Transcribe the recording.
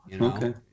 Okay